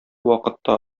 вакытта